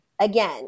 again